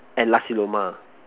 and Nasi-Lemak